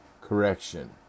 Correction